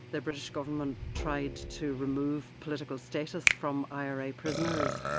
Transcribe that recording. the british government tried to remove political status from ira prisoners,